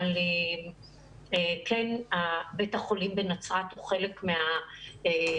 אבל כן בית החולים בנצרת הוא חלק מהמעטפת